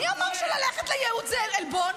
מי אמר שללכת לייעוץ זה עלבון?